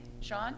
Sean